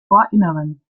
ohrinneren